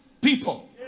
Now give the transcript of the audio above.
people